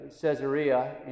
Caesarea